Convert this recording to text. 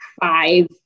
five